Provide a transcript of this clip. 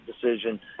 decision